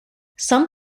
some